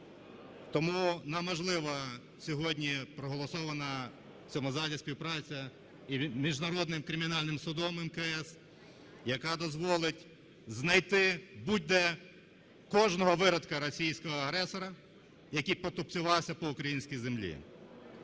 Тому нам важлива сьогодні проголосована в цьому залі співпраця із Міжнародним кримінальним судом (МКС), яка дозволить знайти будь-де кожного виродка російського агресора, який потупцювався по українській землі.